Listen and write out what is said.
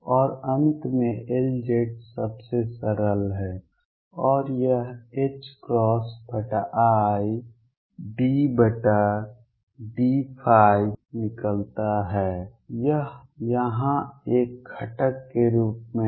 और अंत में Lz सबसे सरल है और यह i∂ϕ निकलता है यह यहाँ एक घटक के रूप में है